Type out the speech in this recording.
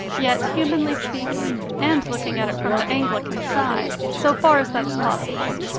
yet, humanly speaking, and looking at it from the anglican side, so far as that is possible,